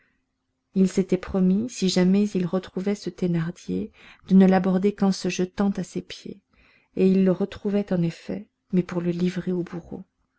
il s'était promis si jamais il retrouvait ce thénardier de ne l'aborder qu'en se jetant à ses pieds et il le retrouvait en effet mais pour le livrer au bourreau